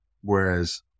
Whereas